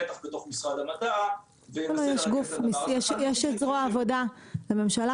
בטח בתוך משרד המדע --- יש את זרוע העבודה בממשלה,